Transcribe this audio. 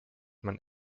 man